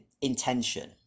intention